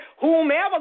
whomever